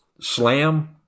slam